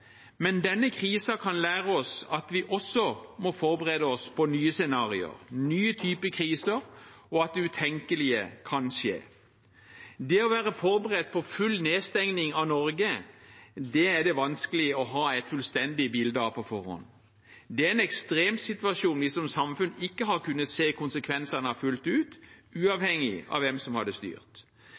Men denne krisen kan lære oss at vi også må forberede oss på nye scenarioer, nye typer kriser, og at det utenkelige kan skje. Det å være forberedt på full nedstengning av Norge er det vanskelig å ha et fullstendig bilde av på forhånd. Det er en ekstremsituasjon vi som samfunn ikke hadde kunnet se konsekvensene av fullt ut, uavhengig av hvem som hadde styrt. Men midt oppi denne ekstremsituasjonen vi har